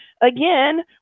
again